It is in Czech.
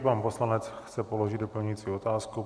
Pan poslanec chce položit doplňující otázku.